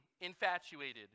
infatuated